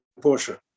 Porsche